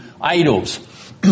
idols